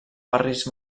barris